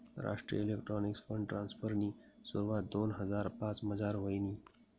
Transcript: राष्ट्रीय electronics fund ट्रान्स्फरनी सुरवात दोन हजार पाचमझार व्हयनी